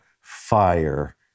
fire